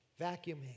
vacuuming